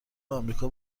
آمریکا